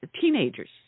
teenagers